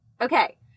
Okay